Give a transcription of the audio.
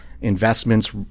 investments